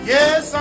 Yes